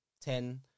ten